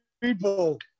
people